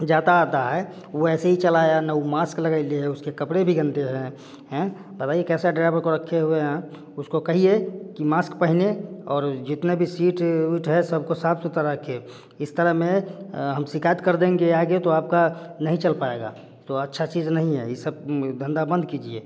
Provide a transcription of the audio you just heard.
जाता आता है वह ऐसे ही चला आया ना वह मास्क लगइले है उसके कपड़े भी गंदे है हैं बताइए कैसा ड्राइवर को रखे हुए हैं उसको कहिए कि मास्क पहने और जितने भी सीट उट है सबको साफ़ सुथरा रखे इस तरह में हम शिकायत कर देंगे आगे तो आपका नहीं चल पाएगा तो अच्छी चीज़ यह सब धंधा बंद कीजिए